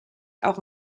auch